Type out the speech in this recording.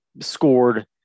scored –